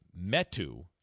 Metu